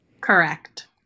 Correct